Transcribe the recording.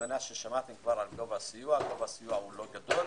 שמעתם על גובה הסיוע, הוא אינו גדול,